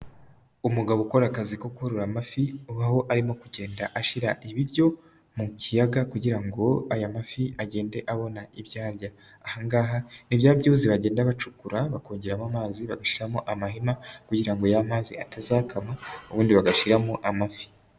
Umugabo ukora akazi ko korora amafi. Ubaho arimo kugenda ashyira ibiryo mu kiyaga kugira ngo aya mafi agende abona ibyarya. Aha ngaha ntibyaba byose bagenda bacukura bakongeramo amazi ba bagashyiramo amahema kugira ngo ya mazi atazakama ubundi bagashyiramo amafi.